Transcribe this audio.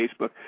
Facebook